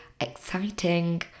exciting